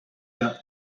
the